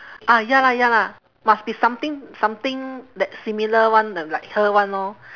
ah ya lah ya lah must be something something that's similar [one] the like her [one] orh